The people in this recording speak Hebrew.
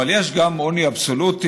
אבל יש גם עוני אבסולוטי,